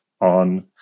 on